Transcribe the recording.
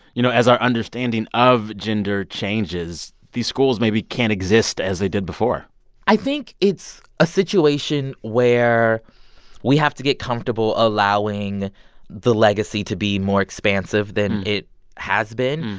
you know, as our understanding of gender changes, these schools maybe can't exist as they did before i think it's a situation where we have to get comfortable allowing the legacy to be more expansive than it has been.